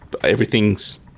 everything's